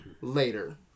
later